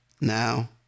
now